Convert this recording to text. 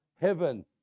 heaven